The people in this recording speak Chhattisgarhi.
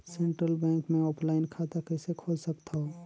सेंट्रल बैंक मे ऑफलाइन खाता कइसे खोल सकथव?